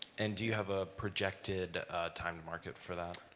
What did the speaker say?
and do you have a projected time to market for that?